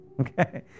okay